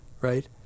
right